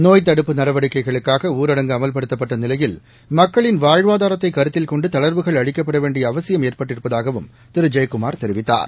நோய்த்தடுப்பு நடவடிக்கைகளுக்காக ஊரடங்கு அமல்படுத்தப்பட்ட நிலையில் மக்களின் வாழ்வாதாரத்தை கருத்தில் கொண்டு தளா்வுகள் அளிக்கப்பட வேண்டிய அவசியம் ஏற்பட்டிருப்பதாகவும் திரு ஜெயக்குமார் தெரிவித்தார்